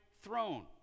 throne